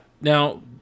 Now